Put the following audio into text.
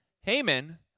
Haman